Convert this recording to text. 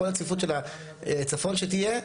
כל הצפיפות של הצפון שתהיה,